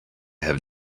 have